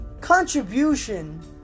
contribution